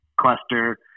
cluster